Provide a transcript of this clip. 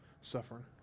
suffering